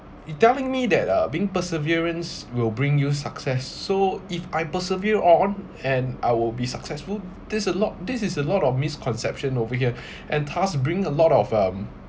you telling me that uh being perseverance will bring you success so if I persevere on and I will be successful this a lot this is a lot of misconception over here and thus bring a lot of um